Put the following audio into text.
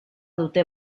dute